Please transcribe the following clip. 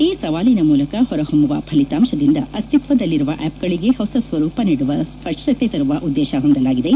ಈ ಸವಾಲಿನ ಮೂಲಕ ಹೊರ ಹೊಮ್ಮುವ ಫಲಿತಾಂಶವು ಅಸ್ತಿತ್ವದಲ್ಲಿರುವ ಆಪ್ಗಳಿಗೆ ಹೊಸ ಸ್ವರೂಪ ನೀಡುವ ಸ್ಪಷ್ಪನೆ ತರುವ ಉದ್ದೇಶ ಹೊಂದಲಾಗಿದೆ